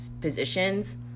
positions